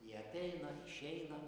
jie ateina išeina